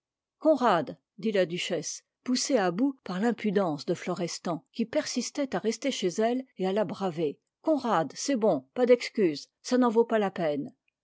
conrad dit la duchesse poussée à bout par l'impudence de florestan qui persistait à rester chez elle et à la braver conrad c'est bon pas d'excuses ça n'en vaut pas la peine